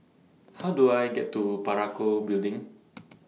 How Do I get to Parakou Building